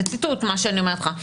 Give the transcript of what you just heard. זה ציטוט, מה שאני אומרת לך.